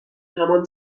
همان